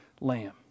lamb